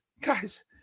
guys